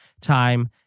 time